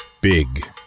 Big